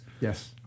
Yes